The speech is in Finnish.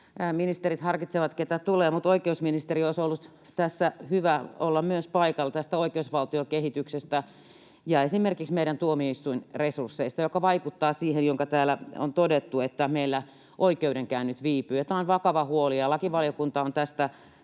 ministerit harkitsevat, kuka tulee, mutta oikeusministerin olisi ollut tässä hyvä olla myös paikalla tästä oikeusvaltiokehityksestä ja esimerkiksi meidän tuomioistuinresursseista, jotka vaikuttavat siihen, joka täällä on todettu, että meillä oikeudenkäynnit viipyvät. Tämä on vakava huoli, ja lakivaliokunta on tästä